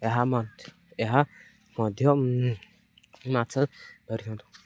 ଏହା ମଧ୍ୟ ଏହା ମଧ୍ୟ ମାଛ